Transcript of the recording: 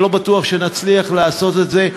ולא בטוח שנצליח לעשות את זה.